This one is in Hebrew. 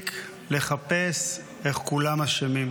להפסיק לחפש איך כולם אשמים /